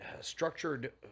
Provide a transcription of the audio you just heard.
structured